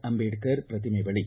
ಅಂಬೇಡ್ಕರ್ ಪ್ರತಿಮೆ ಬಳಿ